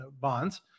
bonds